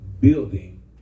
building